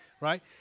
right